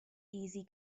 easy